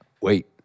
Wait